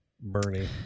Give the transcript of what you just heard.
Bernie